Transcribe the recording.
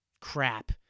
crap